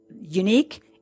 unique